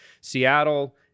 Seattle